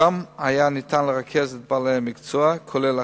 ושם היה ניתן לרכז את בעלי המקצוע, כולל אחיות,